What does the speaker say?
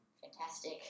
fantastic